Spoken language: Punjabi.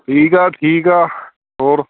ਠੀਕ ਆ ਠੀਕ ਆ ਹੋਰ